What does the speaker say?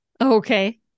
Okay